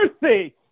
mercy